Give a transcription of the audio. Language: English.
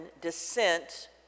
descent